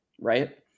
right